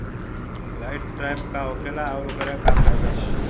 Light trap का होखेला आउर ओकर का फाइदा बा?